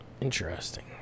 Interesting